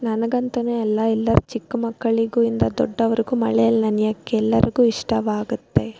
ನನಗಂತನೆ ಅಲ್ಲ ಎಲ್ಲ ಚಿಕ್ಕ ಮಕ್ಕಳಿಗು ಇಂದ ದೊಡ್ಡವ್ರಿಗೂ ಮಳೆಯಲ್ಲಿ ನೆನ್ಯಕ್ಕೆ ಎಲ್ಲರಿಗು ಇಷ್ಟವಾಗುತ್ತೆ